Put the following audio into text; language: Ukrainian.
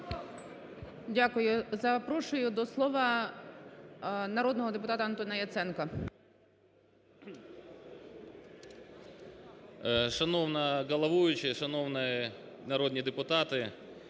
Дякую. Запрошую до слова народного депутата Ігоря Шурму.